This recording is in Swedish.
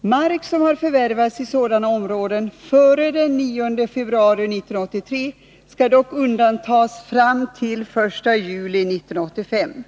Mark som har förvärvats i sådana områden före den 9 februari 1983 skall dock undantas fram till den 1 juli 1985.